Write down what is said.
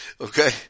Okay